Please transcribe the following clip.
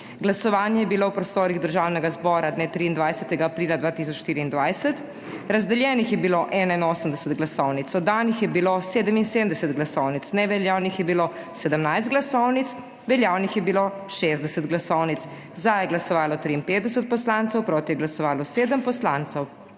Glasovanje je bilo v prostorih Državnega zbora dne 23. aprila 2024. Razdeljenih je bilo 81 glasovnic, oddanih je bilo 77 glasovnic, neveljavnih je bilo 17 glasovnic, veljavnih je bilo 60 glasovnic. Za je glasovalo 53 poslancev, proti je glasovalo 7 poslancev.